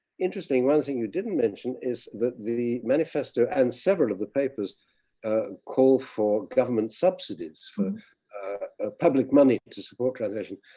interestingly one thing you didn't mention is that the manifesto and several of the papers call for government subsidies, for public money to support translation